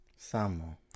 Samo